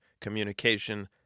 communication